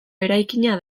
eraikina